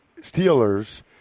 Steelers